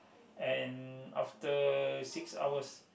and after six hours